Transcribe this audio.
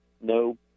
no